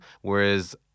Whereas